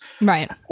Right